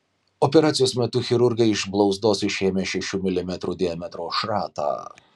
operacijos metu chirurgai iš blauzdos išėmė šešių milimetrų diametro šratą